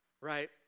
right